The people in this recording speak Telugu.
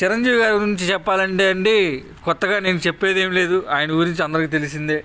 చిరంజీవి గారి గురించి చెప్పాలంటే అండి కొత్తగా నేను చెప్పేది ఏమి లేదు ఆయన గురించి అందరికి తెలిసిందే